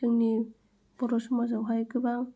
जोंनि बर' समाजावहाय गोबां